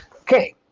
Okay